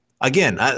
Again